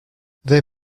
they